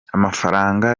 amafaranga